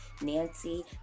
Nancy